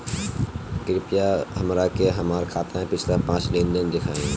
कृपया हमरा के हमार खाता के पिछला पांच लेनदेन देखाईं